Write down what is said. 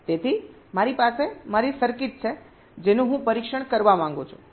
તેથી મારી પાસે મારી સર્કિટ છે જેનું હું પરીક્ષણ કરવા માંગુ છું